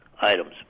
items